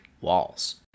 Walls